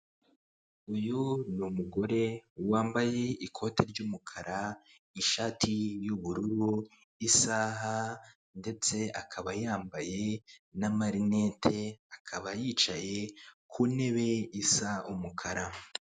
Uyu ni umugore wambaye ikote ry'umukara, ishati y'ubururu isaha ndetse akaba yambaye n'amarinete, akaba yicaye ku ntebe isa umukara.